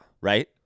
Right